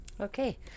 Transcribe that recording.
Okay